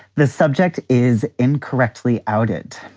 this subject is incorrectly outed.